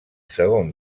segon